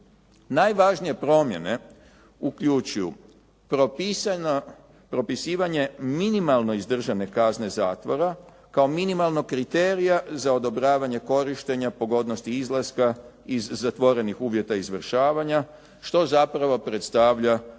Najvažnije promjene uključuju propisivanje minimalno izdržane kazne zatvora kao minimalnog kriterija za odobravanje korištenja pogodnosti izlaska iz zatvorenih uvjeta izvršavanja, što zapravo predstavlja